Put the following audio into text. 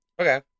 Okay